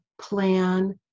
plan